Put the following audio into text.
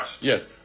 Yes